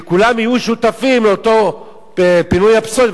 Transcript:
שכולם יהיו שותפים לפינוי הפסולת,